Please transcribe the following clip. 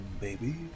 baby